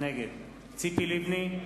נגד ציפי לבני,